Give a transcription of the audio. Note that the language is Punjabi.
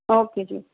ਓਕੇ ਜੀ